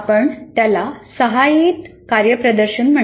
आपण त्याला म्हटले